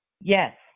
Yes